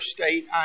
state